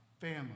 family